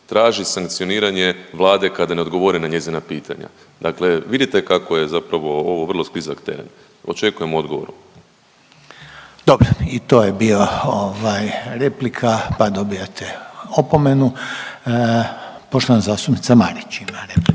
traži sankcioniranje Vlade kada ne odgovori na njezina pitanja, dakle vidite kako je zapravo ovo vrlo sklizak teren, očekujem odgovor. **Reiner, Željko (HDZ)** Dobro, i to je bio ovaj replika, pa dobijate opomenu. Poštovana zastupnica Marić ima repliku.